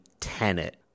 Tenet